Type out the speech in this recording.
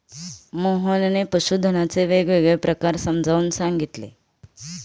मोहनने पशुधनाचे वेगवेगळे प्रकार समजावून सांगितले